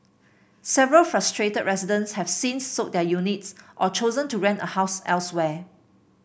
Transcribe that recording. several frustrated residents have since sold their units or chosen to rent a house elsewhere